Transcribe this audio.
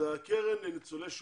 הקרן לניצולי שואה,